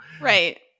Right